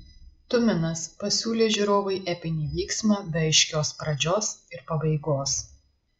tuminas pasiūlė žiūrovui epinį vyksmą be aiškios pradžios ir pabaigos